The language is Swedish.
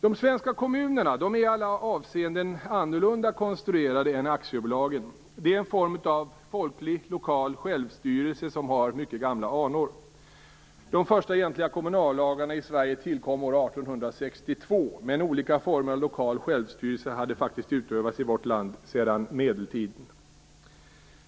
De svenska kommunerna är i alla avseenden annorlunda konstruerade än aktiebolagen. De är en form av folklig lokal självstyrelse som har mycket gamla anor. De första egentliga kommunallagarna i Sverige tillkom år 1862, men olika former av lokal självstyrelse har utövats i vårt land sedan medeltiden.